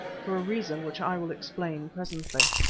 for a reason which i will explain presently.